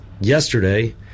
yesterday